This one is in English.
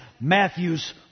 Matthew's